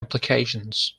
applications